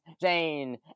jane